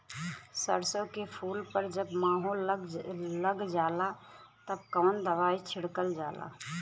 सरसो के फूल पर जब माहो लग जाला तब कवन दवाई छिड़कल जाला?